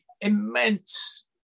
immense